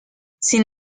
sin